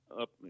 up